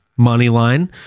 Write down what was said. Moneyline